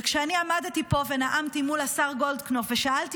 כשאני עמדתי פה ונאמתי מול השר גולדקנופ ושאלתי